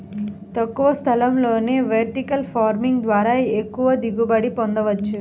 తక్కువ స్థలంలోనే vertical farming ద్వారా ఎక్కువ దిగుబడిని పొందవచ్చు